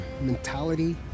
mentality